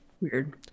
Weird